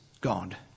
God